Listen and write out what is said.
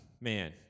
man